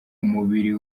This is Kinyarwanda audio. umubiri